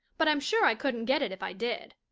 but i'm sure i couldn't get it if i did.